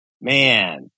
man